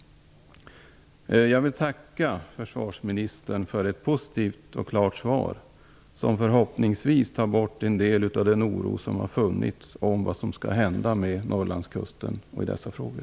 Jag vill tacka försvarsministern för ett positivt och klart svar som förhoppningsvis tar bort en del av den oro som har funnits om vad som skall hända utmed Norrlandskusten i dessa frågor.